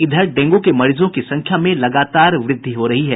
इधर डेंगू के मरीजों की संख्या में लगातार व्रद्धि हो रही है